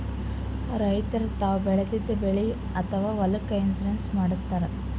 ರೈತರ್ ತಾವ್ ಬೆಳೆದಿದ್ದ ಬೆಳಿ ಅಥವಾ ಹೊಲಕ್ಕ್ ಇನ್ಶೂರೆನ್ಸ್ ಮಾಡಸ್ತಾರ್